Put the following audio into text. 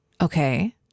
Okay